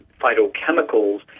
phytochemicals